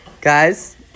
Guys